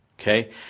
Okay